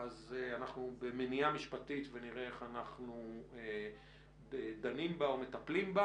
אז אנחנו במניעה משפטית ונראה איך אנחנו מטפלים בה.